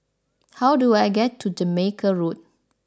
how do I get to Jamaica Road